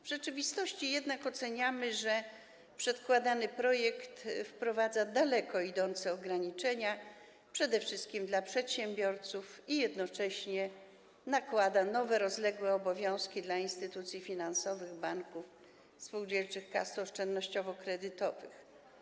W rzeczywistości jednak, jak oceniamy, przedkładany projekt wprowadza daleko idące ograniczenia przede wszystkim dla przedsiębiorców, jednocześnie nakłada nowe rozległe obowiązki dla instytucji finansowych, banków, spółdzielczych kas oszczędnościowo-kredytowych.